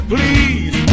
Please